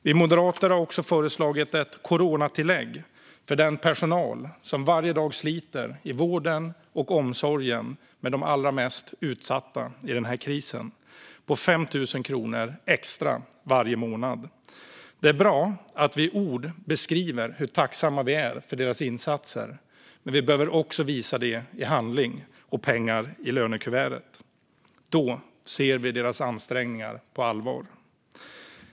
Vi moderater har också föreslagit ett coronatillägg på 5 000 kronor extra varje månad för den personal som varje dag sliter i vården och omsorgen med de allra mest utsatta i krisen. Det är bra att vi i ord beskriver hur tacksamma vi är för deras insatser, men vi behöver också visa det i handling och pengar i lönekuvertet. Då ser vi deras ansträngningar på allvar.